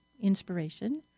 inspiration